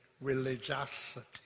religiosity